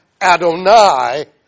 Adonai